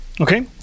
Okay